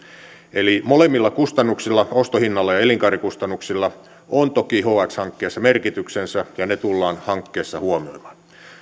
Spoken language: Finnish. eli molemmilla kustannuksilla ostohinnalla ja elinkaarikustannuksilla on toki hx hankkeessa merkityksensä ja ne tullaan hankkeessa huomioimaan